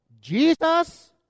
Jesus